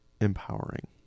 empowering